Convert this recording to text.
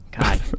God